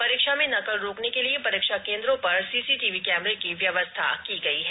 परीक्षा में नकल रोकने के लिए परीक्षा केंद्रों में सीसीटीवी कैमरे की व्यवस्था की गई है